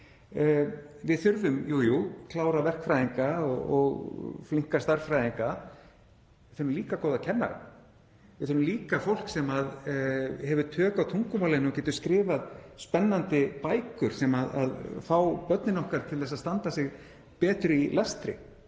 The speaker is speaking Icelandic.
Við þurfum jú klára verkfræðinga og flinka stærðfræðinga en við þurfum líka góða kennara. Við þurfum líka fólk sem hefur tök á tungumálinu og getur skrifað spennandi bækur sem fá börnin okkar til þess að standa sig betur í lestri,